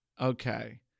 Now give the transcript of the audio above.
Okay